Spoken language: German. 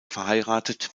verheiratet